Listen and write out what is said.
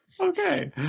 Okay